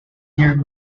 near